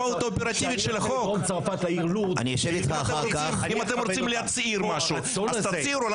אם אתם רוצים להצהיר משהו תצהירו.